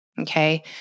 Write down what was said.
okay